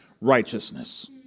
Righteousness